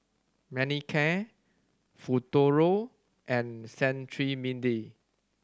Manicare Futuro and Cetrimide